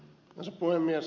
arvoisa puhemies